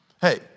Hey